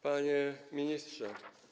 Panie Ministrze!